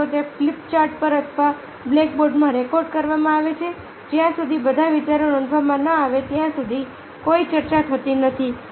કાં તો તે ફ્લિપ ચાર્ટ પર અથવા બ્લેક બોર્ડમાં રેકોર્ડ કરવામાં આવે છે જ્યાં સુધી બધા વિચારો નોંધવામાં ન આવે ત્યાં સુધી કોઈ ચર્ચા થતી નથી